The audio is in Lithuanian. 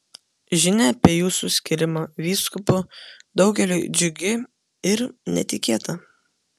žinia apie jūsų skyrimą vyskupu daugeliui džiugi ir netikėta